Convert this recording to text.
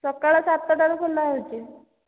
ସକାଳ ସାତଟାରୁ ଖୋଲା ହେଉଛି